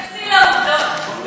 אני רק לעובדות אתייחס,